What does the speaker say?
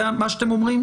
זה מה שאתם אומרים?